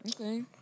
Okay